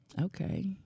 Okay